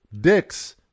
dicks